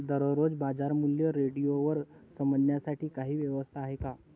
दररोजचे बाजारमूल्य रेडिओवर समजण्यासाठी काही व्यवस्था आहे का?